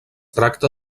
tracta